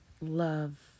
love